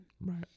Right